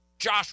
Josh